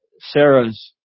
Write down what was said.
Sarah's